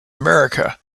america